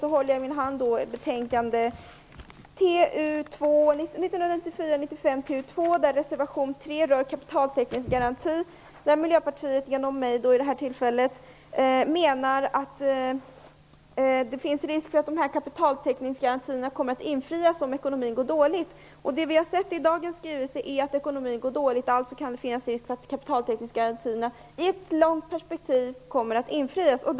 Jag håller i min hand betänkandet 1994/95:TU2, där reservation 3 rör kapitaltäckningsgaranti. Miljöpartiet säger där, genom mig, att det finns risk för att denna kapitaltäckningsgaranti kommer att infrias om ekonomin är dålig. Vad vi har sett i dagens skrivelse är att ekonomin är dålig, och då kan det alltså finnas risk för att kapitaltäckningsgarantin kommer att infrias i ett långt perspektiv.